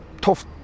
tough